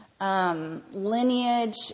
lineage